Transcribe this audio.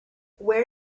where